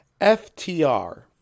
FTR